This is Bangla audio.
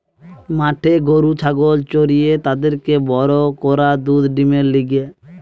মাঠে গরু ছাগল চরিয়ে তাদেরকে বড় করা দুধ ডিমের লিগে